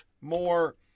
more